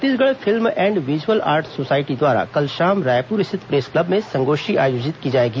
Chhattisgarh film and visual art society द्वारा कल शाम रायपुर स्थित प्रेस क्लब में संगोष्ठी आयोजित की जाएगी